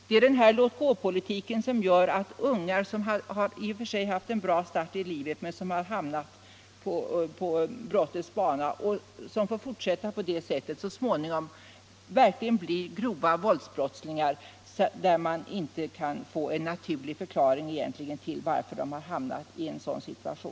Det är en låtgåpolitik som gör att unga människor som har fått en i och för sig bra start i livet ändå hamnar på brottets bana och så småningom blir Nr 63 verkligt grova våldsbrottslingar, utan att man egentligen kan finna någon Tisdagen den naturlig förklaring på varför de har hamnat i en sådan situation.